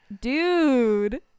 Dude